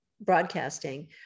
broadcasting